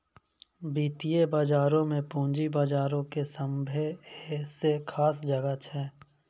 वित्तीय बजारो मे पूंजी बजारो के सभ्भे से खास जगह छै